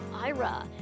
Ira